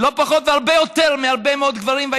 לא פחות והרבה יותר מהרבה מאוד גברים.